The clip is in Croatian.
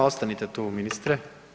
Ostanite tu ministre.